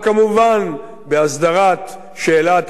בהסדרת שאלת הבעלות על הקרקע,